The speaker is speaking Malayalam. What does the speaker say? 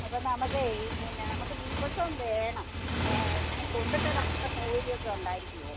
അപ്പോൾ നമുക്കേ ഈ പിന്നെ നമുക്ക് ദിവസവും വേണം അപ്പം അങ്ങനെ കൊണ്ടുത്തരാനുള്ള സൗകര്യം ഒക്കെ ഉണ്ടായിരിക്കുമോ